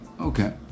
Okay